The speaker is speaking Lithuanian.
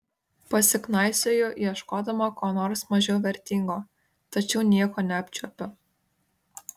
pasiknaisioju ieškodama ko nors mažiau vertingo tačiau nieko neapčiuopiu